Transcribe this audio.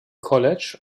college